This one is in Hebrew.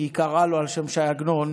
כי היא קראה לו על שם ש"י עגנון,